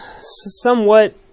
Somewhat